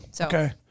okay